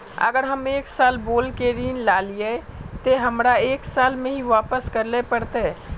अगर हम एक साल बोल के ऋण लालिये ते हमरा एक साल में ही वापस करले पड़ते?